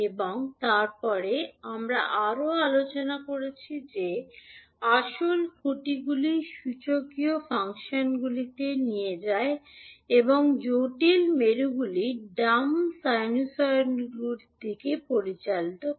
এবং তারপরে আমরা আরও আলোচনা করেছি যে আসল খুঁটিগুলি সূচকীয় ফাংশনগুলিতে নিয়ে যায় এবং জটিল মেরুগুলি ডাম্প সাইনোসয়েডগুলির দিকে পরিচালিত করে